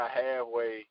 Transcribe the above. halfway